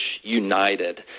united